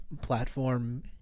platform